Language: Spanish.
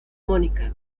mónica